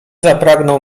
zapragnął